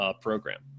program